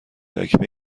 چکمه